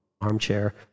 armchair